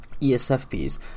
ESFPs